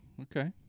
okay